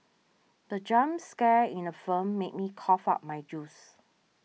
the jump scare in the film made me cough out my juice